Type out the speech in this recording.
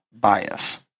bias